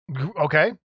Okay